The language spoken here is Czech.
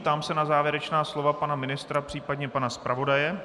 Ptám se na závěrečná slova pana ministra, případně pana zpravodaje.